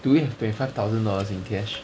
do we have twenty five thousand dollars in cash